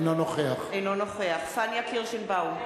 אינו נוכח פניה קירשנבאום,